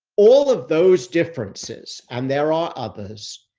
all of those differences, and there are others,